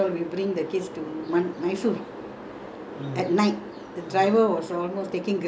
sightseeing remember we go to this nandha N_G_O we bring the kids to mysore